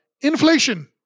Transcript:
inflation